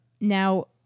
Now